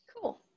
Cool